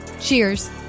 Cheers